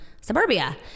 suburbia